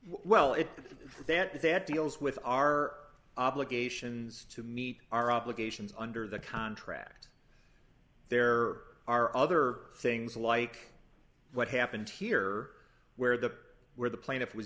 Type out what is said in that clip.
well it is that that deals with our obligations to meet our obligations under the contract there are other things like what happened here where the where the plaintiff was